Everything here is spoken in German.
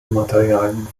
materialien